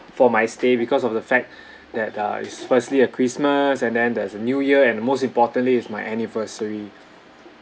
for my stay because of the fact that uh it's firstly a christmas and then there's a new year and most importantly it's my anniversary